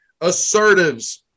Assertives